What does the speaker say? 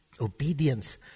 Obedience